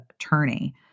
attorney